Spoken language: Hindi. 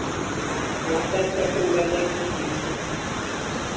आप दस परसेंट दे देना ठीक है